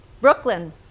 Brooklyn